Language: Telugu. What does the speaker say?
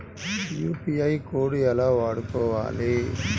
యూ.పీ.ఐ కోడ్ ఎలా వాడుకోవాలి?